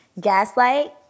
Gaslight